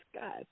God